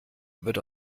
wird